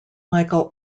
michael